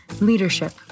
Leadership